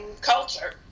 culture